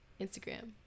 instagram